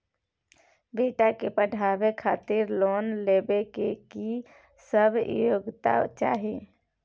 बेटा के पढाबै खातिर लोन लेबै के की सब योग्यता चाही?